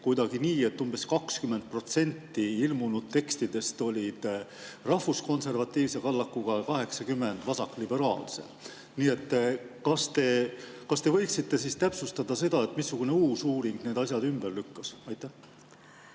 kuidagi nii, et umbes 20% ilmunud tekstidest olid rahvuskonservatiivse kallakuga ja 80% vasakliberaalse kallakuga. Kas te võiksite täpsustada seda, missugune uus uuring need asjad ümber lükkas? Tänu!